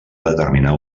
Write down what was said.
determinar